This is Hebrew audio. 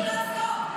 אצלכם הכול היה טוב.